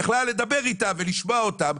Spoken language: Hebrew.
היא יכלה לדבר איתם ולשמוע אותם,